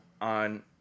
on